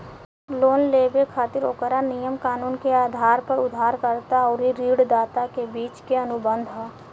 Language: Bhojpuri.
लोन लेबे खातिर ओकरा नियम कानून के आधार पर उधारकर्ता अउरी ऋणदाता के बीच के अनुबंध ह